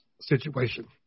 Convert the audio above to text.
situation